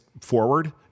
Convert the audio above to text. forward